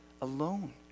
alone